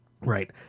Right